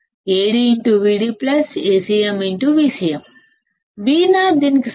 AdVd AcmVcm Vo దీనికి సమానం